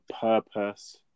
purpose